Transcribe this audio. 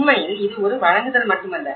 உண்மையில் இது ஒரு வழங்குதல் மட்டுமல்ல